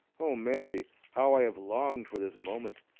oh, mary, how i have longed for this moment!